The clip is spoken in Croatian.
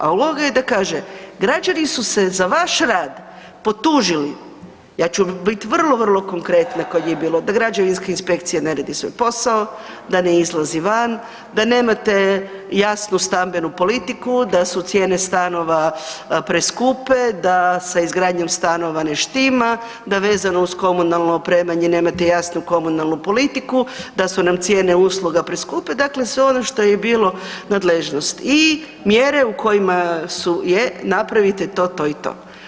A uloga je da kaže građani su se za vaš rad potužili, ja ću bit vrlo, vrlo konkretna … [[Govornik se ne razumije]] da građevinske inspekcije ne radi svoj posao, da ne izlazi van, da nemate jasnu stambenu politiku, da su cijene stanova preskupe, da sa izgradnjom stanova ne štima, da vezano uz komunalno opremanje nemate jasnu komunalnu politiku, da su nam cijene usluga preskupe, dakle sve ono što je bila nadležnost i mjere u kojima su, je napravite to, to i to.